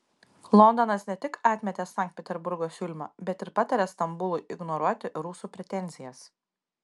londonas ne tik atmetė sankt peterburgo siūlymą bet ir patarė stambului ignoruoti rusų pretenzijas